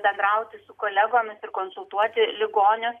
bendrauti su kolegomis ir konsultuoti ligonius